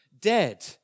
dead